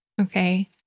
okay